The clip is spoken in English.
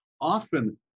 Often